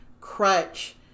crutch